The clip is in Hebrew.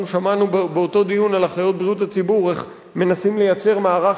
אנחנו שמענו באותו דיון על אחיות בריאות הציבור איך מנסים לייצר מערך